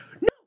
no